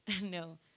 No